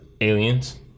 aliens